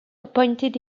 appointed